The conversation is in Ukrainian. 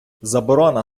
заборона